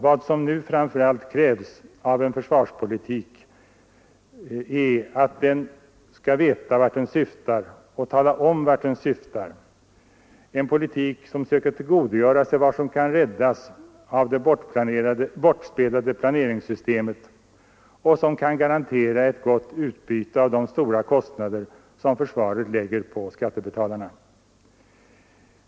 Vad som nu framför allt krävs är en försvarspolitik som klart vet vart den syftar och talar om vart den syftar — en politik som söker tillgodogöra sig vad som kan räddas av det bortspelade planeringssystemet och som kan garantera ett gott utbyte av de stora kostnader som försvaret lägger på skattebetalarna.